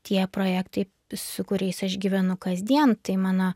tie projektai su kuriais aš gyvenu kasdien tai mano